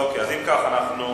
להעביר לוועדה לביקורת המדינה.